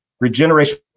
regeneration